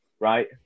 right